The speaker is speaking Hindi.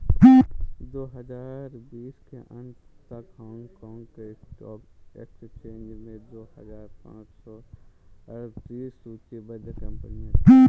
दो हजार बीस के अंत तक हांगकांग के स्टॉक एक्सचेंज में दो हजार पाँच सौ अड़तीस सूचीबद्ध कंपनियां थीं